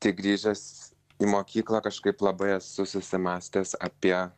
tik grįžęs į mokyklą kažkaip labai esu susimąstęs apie